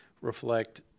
reflect